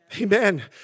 Amen